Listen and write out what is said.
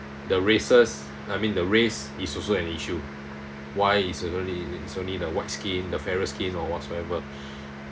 the races I mean the race is also an issue why it's only it's only the white skin the fairer skin or whatsoever